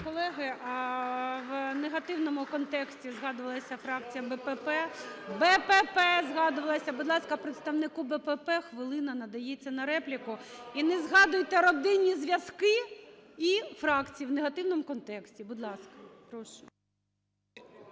колеги, в негативному контексті згадувалася фракція БПП. БПП згадувалася. Будь ласка, представнику БПП хвилина надається на репліку. І не згадуйте родинні зв'язки і фракції в негативному контексті. Будь ласка, прошу.